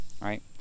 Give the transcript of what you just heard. right